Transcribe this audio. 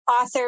author